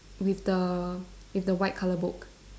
with the with the white colour book